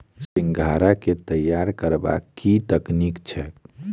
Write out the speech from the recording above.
सिंघाड़ा केँ तैयार करबाक की तकनीक छैक?